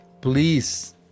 please